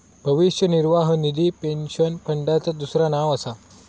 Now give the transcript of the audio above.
भविष्य निर्वाह निधी पेन्शन फंडाचा दुसरा नाव असा